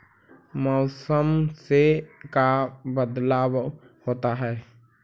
मौसम से का बदलाव होता है?